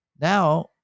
Now